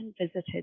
visited